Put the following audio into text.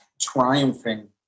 triumphing